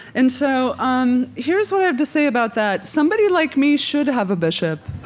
and so um here's what i have to say about that. somebody like me should have a bishop